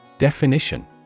Definition